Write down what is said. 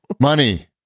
Money